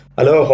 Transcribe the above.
Hello